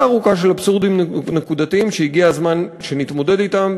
ארוכה של אבסורדים נקודתיים שהגיע הזמן שנתמודד אתם,